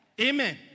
Amen